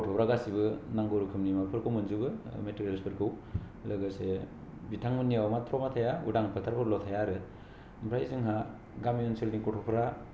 गथ'फोरा गासैबो नांगौ रोखोमनि नं फोरखौ मोनजोबो मेटेरियेल्सफोरखौ लोगोसे बिथांमोननियाव माथ्र मा थाया उगां फोथारफोरल थाया आरो ओमफ्राय जोंहा गामि ओनसोलनि गथ'फोरा